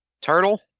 Turtle